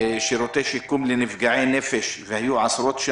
שירותי שיקום לנפגעי נפש, והיו שם עשרות.